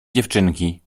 dziewczynki